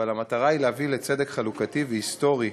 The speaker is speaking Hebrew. אבל המטרה היא להביא לצדק חלוקתי והיסטורי